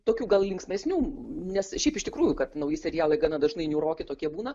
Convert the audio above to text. tokių gal linksmesnių nes šiaip iš tikrųjų kad nauji serialai gana dažnai niūroki tokie būna